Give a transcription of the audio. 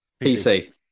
PC